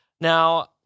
Now